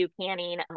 canning